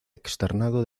externado